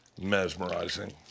Mesmerizing